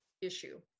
issue